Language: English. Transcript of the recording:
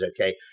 okay